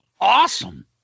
awesome